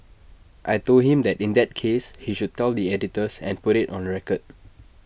I Told him that in that case he should tell the editors and put IT on record